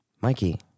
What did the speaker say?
Mikey